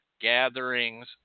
gatherings